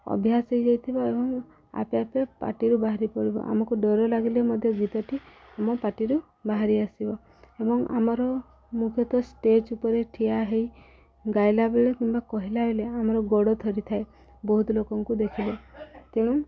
ଅଭ୍ୟାସ ହେଇଥିବ ଏବଂ ଆପେ ଆପେ ପାଟିରୁ ବାହାରି ପଡ଼ିବ ଆମକୁ ଡର ଲାଗିଲେ ମଧ୍ୟ ଗୀତଟି ଆମ ପାଟିରୁ ବାହାରି ଆସିବ ଏବଂ ଆମର ମୁଖ୍ୟତଃ ଷ୍ଟେଜ୍ ଉପରେ ଠିଆ ହେଇ ଗାଇଲାବେଳେ କିମ୍ବା କହିଲା ବେଳେ ଆମର ଗୋଡ଼ ଥରିଥାଏ ବହୁତ ଲୋକଙ୍କୁ ଦେଖିଲେ ତେଣୁ